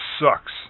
sucks